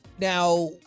Now